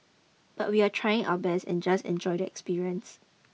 but we're trying our best and just enjoy the experience